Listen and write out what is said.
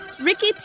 Ricky